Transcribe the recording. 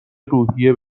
روحیه